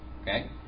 Okay